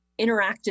interactive